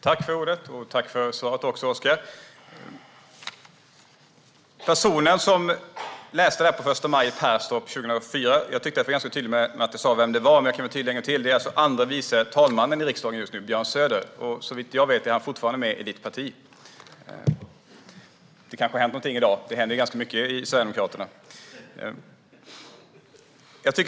Herr talman! Tack för svaret, Oscar! Jag tyckte att jag var tydlig med vem personen var som höll talet på första maj i Perstorp 2004, men jag kan vara tydlig en gång till. Det var alltså andre vice talmannen i riksdagen just nu, Björn Söder, och såvitt jag vet är han fortfarande med i ditt parti. Det kanske har hänt någonting i dag - det händer ju ganska mycket i Sverigedemokraterna.